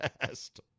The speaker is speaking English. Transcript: past